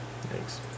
Thanks